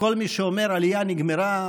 וכל מי שאומר שהעלייה נגמרה,